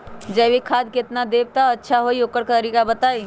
जैविक खाद केतना देब त अच्छा होइ ओकर तरीका बताई?